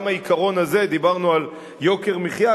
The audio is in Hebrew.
דיברנו על יוקר המחיה,